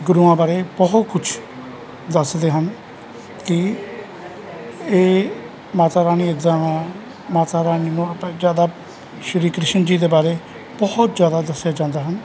ਗੁਰੂਆਂ ਬਾਰੇ ਬਹੁਤ ਕੁਛ ਦੱਸਦੇ ਹਨ ਕਿ ਇਹ ਮਾਤਾ ਰਾਣੀ ਇੱਦਾਂ ਵਾ ਮਾਤਾ ਰਾਣੀ ਨੂੰ ਜ਼ਿਆਦਾ ਸ਼੍ਰੀ ਕ੍ਰਿਸ਼ਨ ਜੀ ਦੇ ਬਾਰੇ ਬਹੁਤ ਜ਼ਿਆਦਾ ਦੱਸਿਆ ਜਾਂਦਾ ਹਨ